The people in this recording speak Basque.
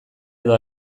edo